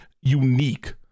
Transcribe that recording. unique